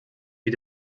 wie